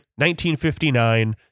1959